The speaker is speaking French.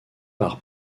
par